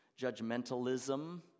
judgmentalism